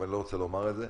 אבל אני לא רוצה לומר את זה.